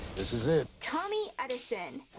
this is it. tommy edison.